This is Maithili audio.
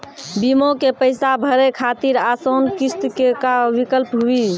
बीमा के पैसा भरे खातिर आसान किस्त के का विकल्प हुई?